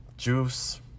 Juice